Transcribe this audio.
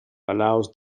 allows